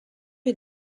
est